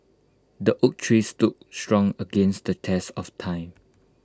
the oak tree stood strong against the test of time